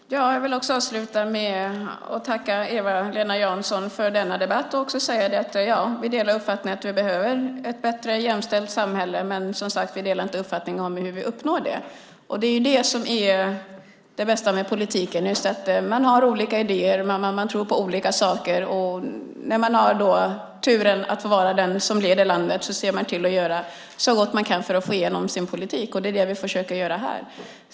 Fru talman! Jag vill också avsluta med att tacka Eva-Lena Jansson för denna debatt. Ja, vi delar uppfattningen att vi behöver ett bättre jämställt samhälle, men vi delar inte synen på hur vi uppnår det. Det är detta som är det bästa med politiken: Man har olika idéer och tror på olika saker, och när man har turen att vara den som leder landet ser man till att göra så gott man kan för att få igenom sin politik. Det är det vi försöker göra här.